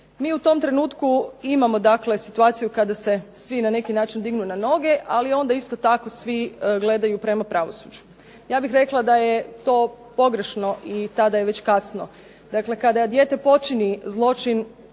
Mi u tom trenutku imamo situaciju kada se svi na neki način dignu na noge, ali onda tako isto svi gledaju prema pravosuđu. Ja bih rekla da je to pogrešno i tada je već kasno. Dakle, kada dijete počini zločin